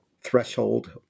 threshold